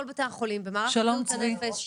כל בתי החולים במערך בריאות הנפש,